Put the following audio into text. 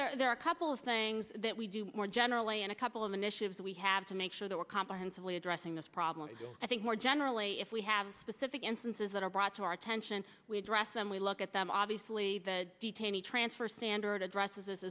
well there are a couple of things that we do more generally and a couple of initiatives we have to make sure that we're comprehensibly addressing this problem i think more generally if we have specific instances that are brought to our attention we address them we look at them obviously the detainee transfer standard addresses as